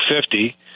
fifty